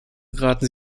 raten